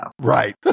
Right